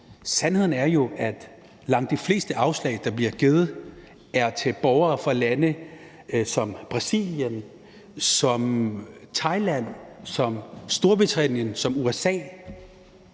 sandheden er jo, at langt de fleste afslag, der bliver givet, er til borgere fra lande som Brasilien, Thailand, Storbritannien og USA.